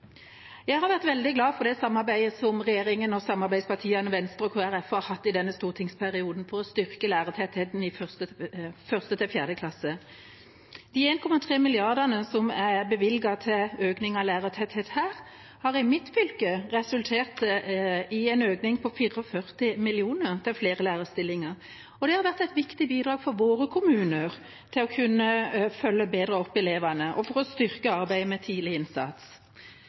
Jeg har vært veldig glad for det samarbeidet som regjeringa og samarbeidspartiene Venstre og Kristelig Folkeparti har hatt i denne stortingsperioden for å styrke lærertettheten i 1.–4. klasse. De 1,3 mrd. kr som er bevilget til økning av lærertetthet her, har i mitt fylke resultert i en økning på 44 mill. kr til flere lærerstillinger. Det har vært et viktig bidrag for våre kommuner til å kunne følge opp elevene bedre og styrke arbeidet med tidlig innsats.